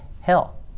hell